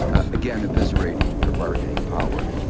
again, eviscerating their bargaining power.